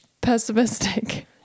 pessimistic